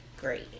great